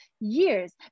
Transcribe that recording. years